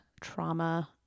Trauma